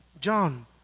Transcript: John